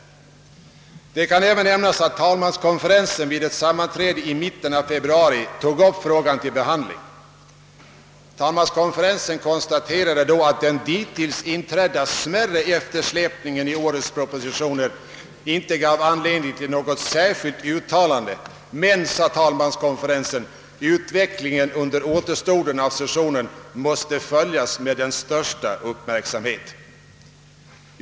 Det kan även nämnas att talmanskonferensen vid ett sammanträde i mitten av februari tog upp frågan till behandling. Talmanskonferensen konstaterade då att den dittills inträdda smärre eftersläpningen i årets propositionsavlämnande inte gav anledning till något särskilt uttalande. Men, sade talmanskonferensen, utvecklingen under återstoden av sessionen måste följas med största uppmärksamhet.